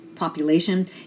population